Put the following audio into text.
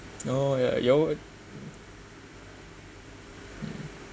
oh yeah your